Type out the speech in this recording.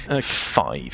Five